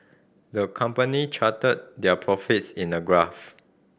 the company charted their profits in a graph